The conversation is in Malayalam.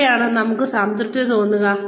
എവിടെയാണ് നമുക്ക് സംതൃപ്തി തോന്നുക